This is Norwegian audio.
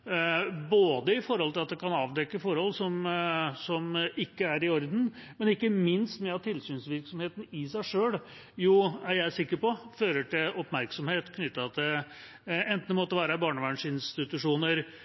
både fordi det kan avdekke forhold som ikke er i orden, og ikke minst fordi tilsynsvirksomheten i seg selv – og det er jeg sikker på – fører til oppmerksomhet rundt barnevernsinstitusjoner, fengselstjenester eller andre områder, som det